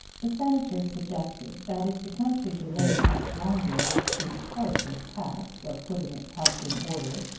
the senator suggested that if the country delayed much longer this imperative task of putting its house in order,